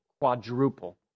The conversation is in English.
quadruple